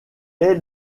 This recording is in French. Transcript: est